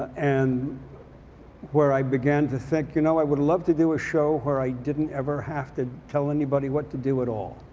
and where i began to think you know i would love to do a show where i didn't ever have to tell anybody what to do at all.